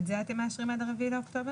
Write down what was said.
את זה אתם מאשרים עד ה-4 באוקטובר?